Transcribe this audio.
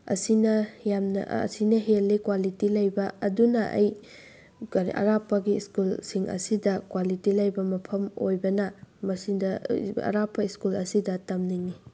ꯑꯁꯤꯅ ꯌꯥꯝꯅ ꯑꯁꯤꯅ ꯍꯦꯜꯂꯤ ꯀ꯭ꯋꯥꯂꯤꯇꯤ ꯂꯩꯕ ꯑꯗꯨꯅ ꯑꯩ ꯀꯔꯤ ꯑꯔꯥꯞꯄꯒꯤ ꯁ꯭ꯀꯨꯜꯁꯤꯡ ꯑꯁꯤꯗ ꯀ꯭ꯋꯥꯂꯤꯇꯤ ꯂꯩꯕ ꯃꯐꯝ ꯑꯣꯏꯕꯅ ꯃꯁꯤꯗ ꯑꯔꯥꯞꯄ ꯁ꯭ꯀꯨꯜ ꯑꯁꯤꯗ ꯇꯝꯅꯤꯡꯉꯤ